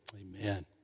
Amen